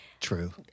True